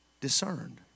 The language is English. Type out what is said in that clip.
discerned